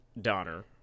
Donner